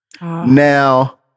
Now